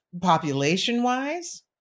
population-wise